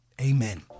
Amen